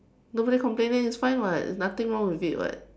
nobody complain then it's fine [what] nothing wrong with it [what]